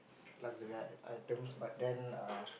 luxury items but then err